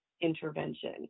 intervention